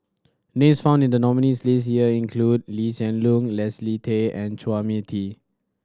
names found in the nominees' list this year include Lee Hsien Loong Leslie Tay and Chua Mia Tee